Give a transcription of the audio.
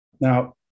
Now